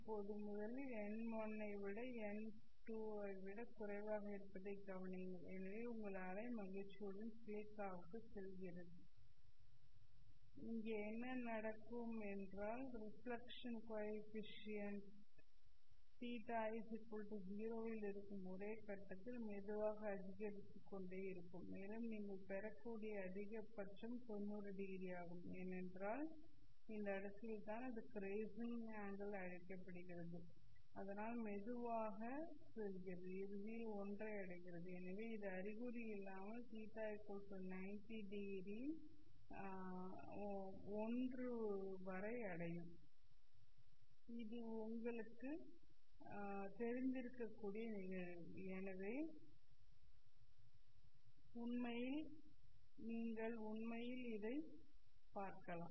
இப்போது முதலில் n1 ஐ n2 ஐ விடக் குறைவாக இருப்பதைக் கவனியுங்கள் எனவே உங்கள் அலை மகிழ்ச்சியுடன் சிலிக்காவுக்குச் செல்கிறது இங்கே என்ன நடக்கும் என்றால் ரெஃப்ளெக்க்ஷன் கோ எஃபிசியன்ட் θi0 இல் இருக்கும் ஒரு கட்டத்தில் மெதுவாக அதிகரித்துக்கொண்டே இருக்கும் மேலும் நீங்கள் பெறக்கூடிய அதிகபட்சம் 90ᵒ ஆகும் ஏனென்றால் அந்த இடத்தில்தான் அது கிரேசிங் அங்கெல் அழைக்கப்படுகிறது அதனால் மெதுவாக செல்கிறது இறுதியில் 1 ஐ அடைகிறது எனவே இது அறிகுறியில்லாமல் θ90 இல் 1 வரை அடையும் இது உங்களுக்கு தெரிந்திருக்கக்கூடிய நிகழ்வு எனவே நீங்கள் உண்மையில் இதைப் பார்க்கலாம்